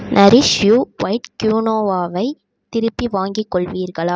nourish you white குயினோவாவை திருப்பி வாங்கிக் கொள்வீர்களா